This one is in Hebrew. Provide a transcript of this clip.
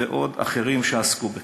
ועוד אחרים שעסקו בכך.